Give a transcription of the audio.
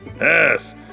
Yes